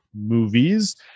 movies